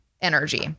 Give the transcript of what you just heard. energy